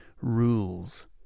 rules